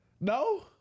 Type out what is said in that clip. No